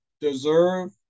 deserve